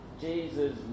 Jesus